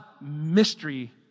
mystery